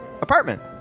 apartment